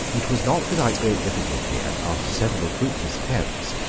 it was not without great difficulty, and after several fruitless attempts,